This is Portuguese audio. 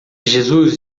jesus